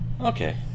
Okay